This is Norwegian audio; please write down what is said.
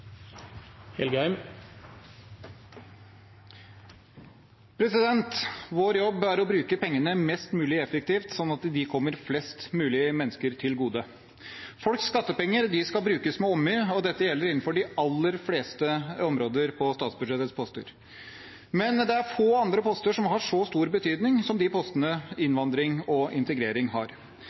omme. Vår jobb er å bruke pengene mest mulig effektivt, sånn at de kommer flest mulig mennesker til gode. Folks skattepenger skal brukes med omhu, og dette gjelder innenfor de aller fleste områder på statsbudsjettets poster. Men det er få andre poster som har så stor betydning som det postene til innvandring og integrering har.